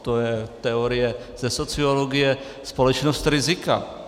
To je teorie ze sociologie společnost rizika.